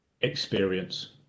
experience